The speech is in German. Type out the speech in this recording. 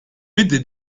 bitte